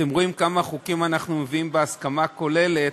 אתם רואים כמה חוקים אנחנו מביאים בהסכמה כוללת,